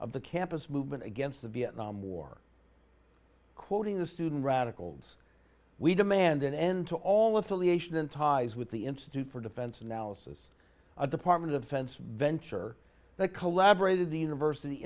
of the campus movement against the vietnam war quoting the student radicals we demand an end to all affiliation and ties with the institute for defense analysis a department of defense venture that collaborated the university